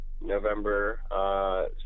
November